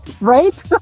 Right